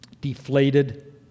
Deflated